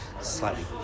slightly